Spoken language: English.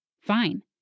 Fine